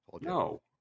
No